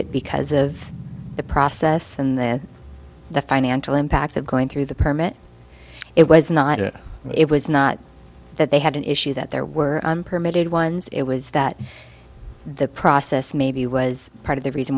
it because of the process and then the financial impact of going through the permit it was not it was not that they had an issue that there were permitted ones it was that the process maybe was part of the reason